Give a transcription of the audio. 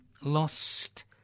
lost